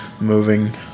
moving